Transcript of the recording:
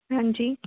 ਹਾਂਜੀ